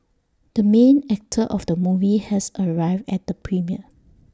the main actor of the movie has arrived at the premiere